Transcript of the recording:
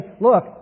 look